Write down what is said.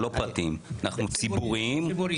לא פרטיים, ציבוריים.